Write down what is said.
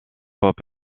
pop